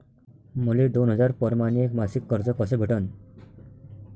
मले दोन हजार परमाने मासिक कर्ज कस भेटन?